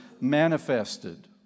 manifested